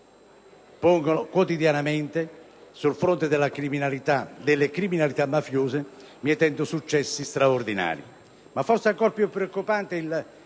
pongono quotidianamente sul fronte delle criminalità mafiose, mietendo successi straordinari.